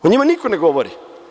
O njima niko ne govori.